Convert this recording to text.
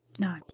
No